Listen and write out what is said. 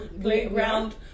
playground